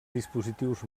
dispositius